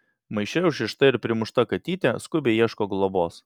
maiše užrišta ir primušta katytė skubiai ieško globos